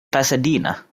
pasadena